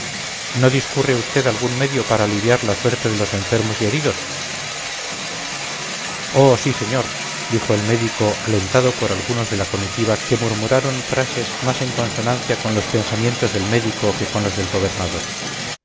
no discurre usted algún medio para aliviar la suerte de los enfermos y heridos oh sí señor dijo el médico alentado por algunos de la comitiva que murmuraron frases más en consonancia con los pensamientos del médico que con los del gobernador